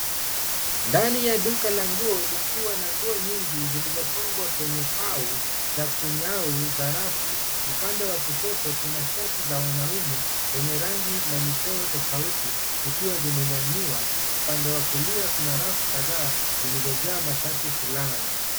Ndani ya duka la nguo likiwa na nguo nyingi zilizopangwa kwenye pao za kunyau za rafu. Upande wa kushoto kuna shati za wanaume zenye rangi na michoro tofauti zikiwa zimenyanyua. Upande wa kulia kuna rafu kadhaa zilizojaa mashati fulana.